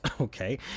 Okay